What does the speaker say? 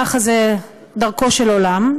ככה זה דרכו של עולם,